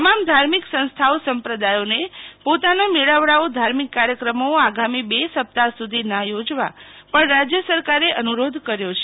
તમામ ધાર્મિક સંસ્થાઓ સંપ્રદાયોને પોતાના મેળાવડાઓ ધાર્મિક કાર્યક્રમો આગામી બે સપ્તાહ સુધી ના યોજવા પણ રાજ્ય સરકારે અનુરોધ કર્યો છે